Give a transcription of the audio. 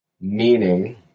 meaning